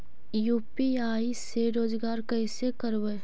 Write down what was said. UPI से रोजगार कैसे करबय?